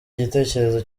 igitekerezo